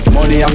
Money